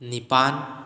ꯅꯤꯄꯥꯜ